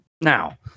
Now